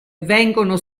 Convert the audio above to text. vengono